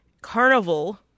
carnival